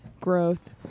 growth